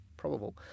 Probable